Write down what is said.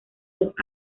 los